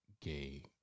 gay